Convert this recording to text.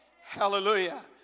Hallelujah